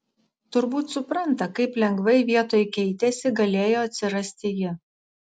turbūt supranta kaip lengvai vietoj keitėsi galėjo atsirasti ji